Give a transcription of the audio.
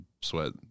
sweat